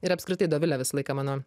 ir apskritai dovile visą laiką mano